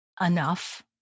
enough